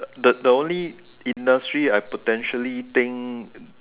the the only industry I potentially think